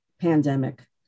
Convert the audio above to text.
pandemic